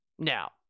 Now